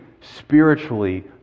spiritually